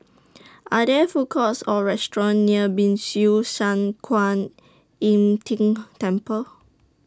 Are There Food Courts Or restaurants near Ban Siew San Kuan Im Ting Temple